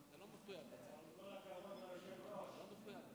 של השר יועז הנדל לאולם המליאה כעבור